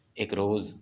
ایک روز